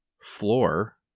floor